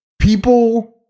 people